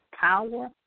Power